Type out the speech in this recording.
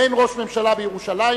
אין ראש ממשלה בירושלים,